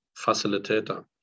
facilitator